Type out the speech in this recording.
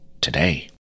today